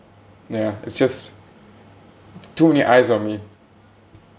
ya it's just too many eyes on me